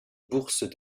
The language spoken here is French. bourses